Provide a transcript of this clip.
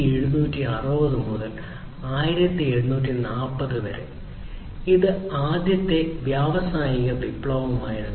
1760 മുതൽ 1840 വരെ ഇത് ആദ്യത്തെ വ്യാവസായിക വിപ്ലവമായിരുന്നു